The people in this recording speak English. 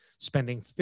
spending